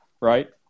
Right